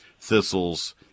thistles